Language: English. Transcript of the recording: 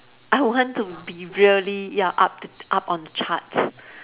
I want to be really ya up the up on the charts